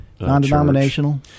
non-denominational